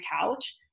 couch